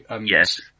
Yes